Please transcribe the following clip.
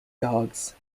dogs